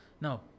No